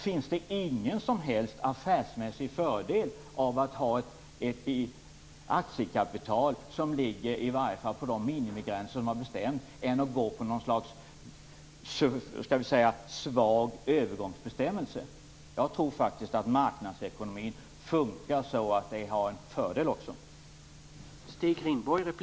Finns det ingen som helst affärsmässig fördel i att ha ett aktiekapital som ligger åtminstone på de minimigränser som har bestämts, jämfört med att gå på något slags svag övergångsbestämmelse? Jag tror faktiskt att marknadsekonomin funkar så att detta också har en fördel.